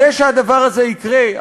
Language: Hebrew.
כדי שהדבר הזה יקרה,